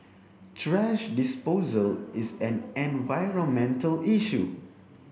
thrash disposal is an environmental issue